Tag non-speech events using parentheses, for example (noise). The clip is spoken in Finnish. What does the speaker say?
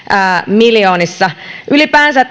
miljoonissa ylipäänsä (unintelligible)